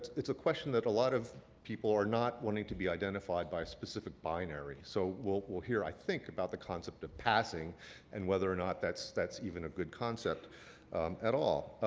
it's a question that a lot of people are not wanting to be identified by a specific binary. so what we'll hear, i think, about the concept of passing and whether or not that's that's even a good concept at all.